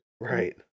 Right